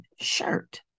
shirt